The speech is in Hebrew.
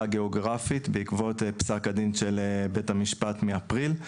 הגיאוגרפית בעקבות פסק הדין של בית המשפט מאפריל,